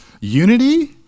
Unity